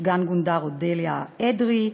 סגן-גונדר אודליה אדרי,